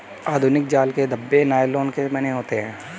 आधुनिक जाल के धागे नायलोन के बने होते हैं